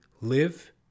live